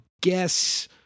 guess